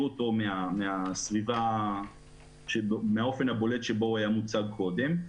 אותו מהאופן הבולט שבו הוא היה מוצג קודם.